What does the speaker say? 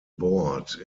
board